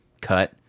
cut